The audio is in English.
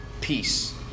Peace